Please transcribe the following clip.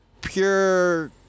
pure